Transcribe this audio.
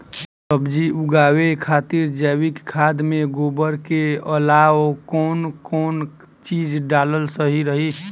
सब्जी उगावे खातिर जैविक खाद मे गोबर के अलाव कौन कौन चीज़ डालल सही रही?